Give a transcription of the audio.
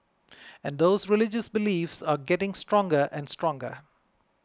and those religious beliefs are getting stronger and stronger